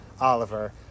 Oliver